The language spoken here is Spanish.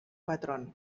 patrón